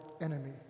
enemy